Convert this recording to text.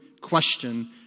question